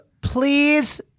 Please